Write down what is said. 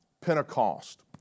Pentecost